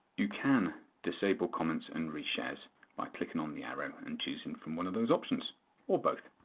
you can disable comments and reshares by clicking on the arrow and choosing from one of those options or both.